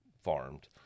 farmed